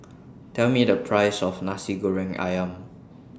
Tell Me The priceS of Nasi Goreng Ayam